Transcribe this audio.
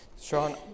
Sean